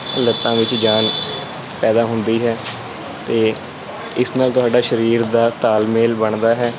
ਲੱਤਾਂ ਵਿੱਚ ਜਾਨ ਪੈਦਾ ਹੁੰਦੀ ਹੈ ਅਤੇ ਇਸ ਨਾਲ ਤੁਹਾਡਾ ਸਰੀਰ ਦਾ ਤਾਲਮੇਲ ਬਣਦਾ ਹੈ